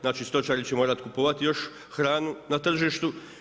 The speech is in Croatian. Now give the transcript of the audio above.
Znači stočari će morati kupovati još hranu na tržištu.